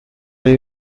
les